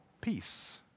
peace